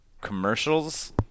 commercials